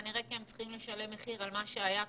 וזאת כנראה כי הם צריכים לשלם מחיר על מה שהיה כאן,